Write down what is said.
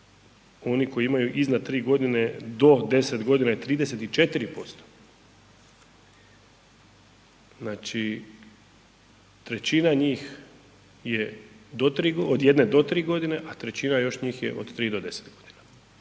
oni koji imaju iznad 3 godine do 10 godina je 34%. Znači trećina njih je od 1 do 3 godine, a trećina još njih je od 3 do 10 godina.